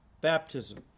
baptism